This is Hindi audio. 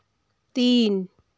तीन